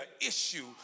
issue